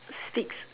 speaks